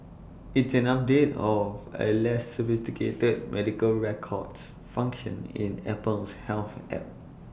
it's an update of A less sophisticated medical records function in Apple's health app